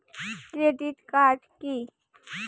Credit card key?